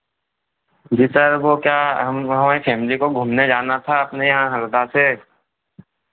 जी sir वो क्या हम हमारी फ़ैमिली को घूमने जाना था अपने यहाँ हरदा से